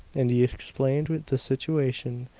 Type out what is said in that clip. and he explained the situation,